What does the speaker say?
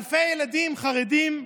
אלפי ילדים חרדים,